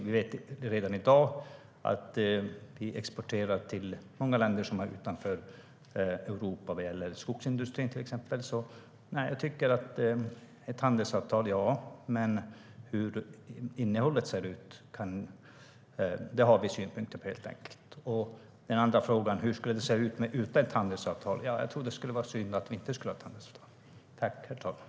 Vi vet redan i dag att vi exporterar till många länder som är utanför Europa. Det gäller skogsindustrin, till exempel. Den andra frågan var: Hur skulle det se ut utan ett handelsavtal? Jag tror att det skulle vara synd att inte ha ett handelsavtal.